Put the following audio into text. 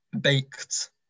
baked